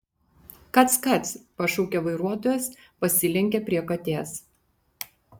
kac kac pašaukė vairuotojas pasilenkė prie katės